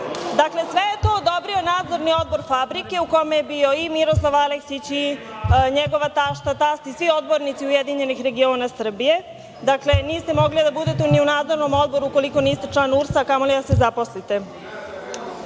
Dakle, sve je to odobrio Nadzorni odbor fabrike u kome je bio i Miroslav Aleksić, i njegova tašta, tast, i svi odbornici Ujedinjenih regiona Srbije. Dakle, niste mogli da budete ni u Nadzornom odboru, ukoliko niste član URS-a, a kamo li da se zaposlite. Danas,